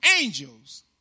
angels